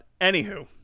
Anywho